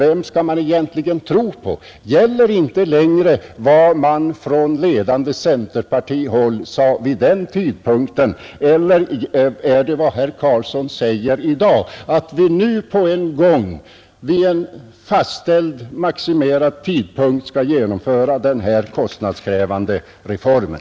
Vem skall man egentligen tro på? Gäller inte längre vad ledande centerpartister sade vid den tidpunkten? Skall man tro på vad herr Carlsson säger i dag, att vi nu på en gång vid en fastställd tidpunkt skall genomföra den här kostnadskrävande reformen?